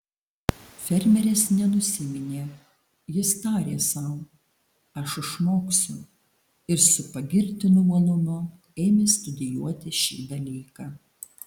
fermeris nenusiminė jis tarė sau aš išmoksiu ir su pagirtinu uolumu ėmė studijuoti šį dalyką